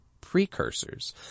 precursors